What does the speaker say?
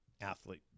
athlete